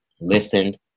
listened